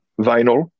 vinyl